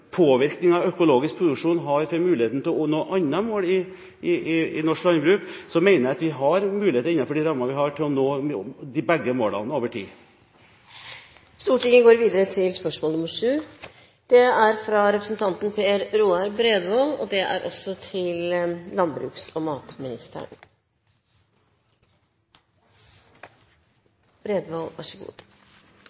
økologisk produksjon har på muligheten til å nå andre mål i norsk landbruk, mener jeg at vi innenfor de rammene vi har, har mulighet til å nå begge målene over tid. Jeg ønsker å stille følgende spørsmål til landbruks- og matministeren: «Det bygges for lite traktor- og skogsbilveier i Norge, slik at mye hogstmoden skog ikke blir nyttet. Det